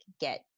get